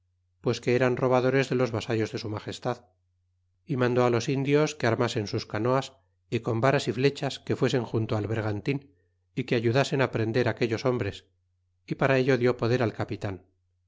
pues que eran robadores de los vasallos de su magestad y mandó los indios que armasen sus canoas y con varas y flechas que fuesen junto al vergaotin y qu e ayudasen prender aquellos hombres y para ello diú poder al capitan